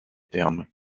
thermes